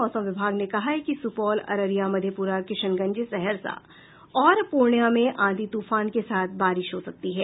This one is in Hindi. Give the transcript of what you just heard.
मौसम विभाग ने कहा है कि सुपौल अररिया मधेपुरा किशनगज सहरसा और पूर्णिया में आंधी तूफान के साथ बारिश हो सकती है